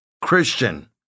Christian